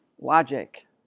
Logic